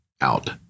out